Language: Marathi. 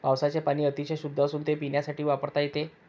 पावसाचे पाणी अतिशय शुद्ध असून ते पिण्यासाठी वापरता येते